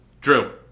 Drew